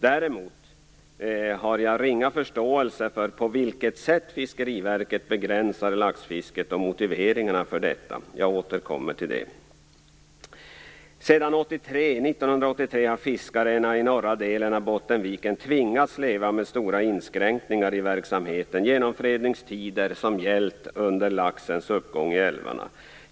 Däremot har jag ringa förståelse för det sätt på vilket Fiskeriverket begränsar laxfisket och motiveringarna för detta. Jag återkommer till det. Sedan 1983 har fiskarna i norra delen av Bottenviken tvingats leva med stora inskränkningar i verksamheten genom fredningstider som gäller under laxens uppgång i älvarna.